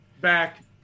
back